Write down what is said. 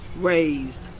raised